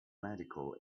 medical